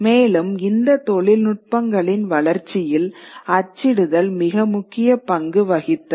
மேலும் இந்த தொழில்நுட்பங்களின் வளர்ச்சியில் அச்சிடுதல் மிக முக்கிய பங்கு வகித்தது